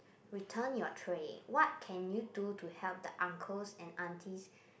return your tray what can you do to help the uncles and aunties